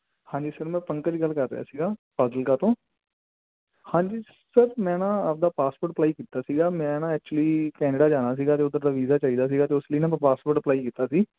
ਹਾਂਜੀ ਸਰ ਮੈਂ ਪੰਕਜ ਗੱਲ ਕਰ ਰਿਹਾ ਸੀਗਾ ਫਾਜਿਲਕਾ ਤੋਂ ਹਾਂਜੀ ਸਰ ਮੈਂ ਨਾ ਆਪਦਾ ਪਾਸਪੋਰਟ ਅਪਲਾਈ ਕੀਤਾ ਸੀਗਾ ਮੈਂ ਨਾ ਐਚੂਅਲੀ ਕੈਨੇਡਾ ਜਾਣਾ ਸੀਗਾ ਤੇ ਉਧਰ ਦਾ ਵੀਜ਼ਾ ਚਾਹੀਦਾ ਸੀਗਾ ਤੇ ਉਸ ਲਈ ਨਾ ਮੈਂ ਪਾਸਪੋਰਟ ਅਪਲਾਈ ਕੀਤਾ ਸੀ